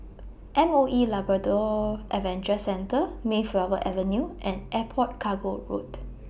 M O E Labrador Adventure Centre Mayflower Avenue and Airport Cargo Road